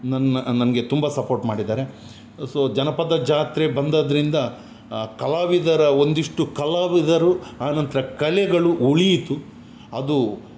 ನನ್ನ ನನಗೆ ತುಂಬ ಸಪೋರ್ಟ್ ಮಾಡಿದ್ದಾರೆ ಸೊ ಜನಪದ ಜಾತ್ರೆ ಬಂದದ್ದರಿಂದ ಕಲಾವಿದರ ಒಂದಿಷ್ಟು ಕಲಾವಿದರು ಆನಂತರ ಕಲೆಗಳು ಉಳಿಯಿತು ಅದು